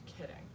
kidding